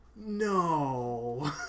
No